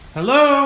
Hello